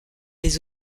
les